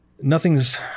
nothing's